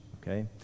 Okay